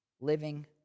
living